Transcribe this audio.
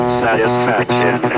satisfaction